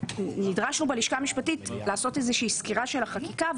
נדרשנו בלשכה המשפטית לעשות איזו שהיא סקירה של החקיקה,